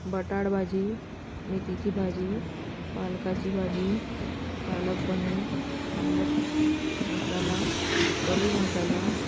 बटाट भाजी मेथीची भाजी पालकाची भाजी पालक पनीर पालक मसाला पनीर मसाला